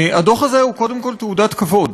הדוח הזה הוא קודם כול תעודת כבוד,